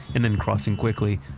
and then crossing quickly,